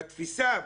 בתפיסה,